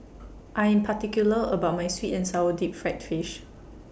I Am particular about My Sweet and Sour Deep Fried Fish